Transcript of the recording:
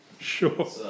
Sure